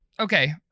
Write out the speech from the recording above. Okay